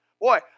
Boy